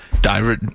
Diver